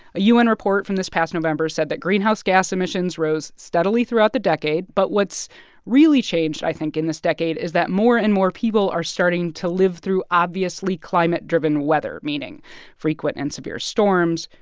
a u n. report from this past november said that greenhouse gas emissions rose steadily throughout the decade, but what's really changed, i think, in this decade is that more and more people are starting to live through obviously climate-driven weather, meaning frequent and severe storms,